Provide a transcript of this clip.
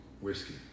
Whiskey